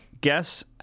guess